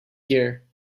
here